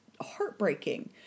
heartbreaking